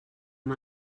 amb